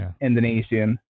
Indonesian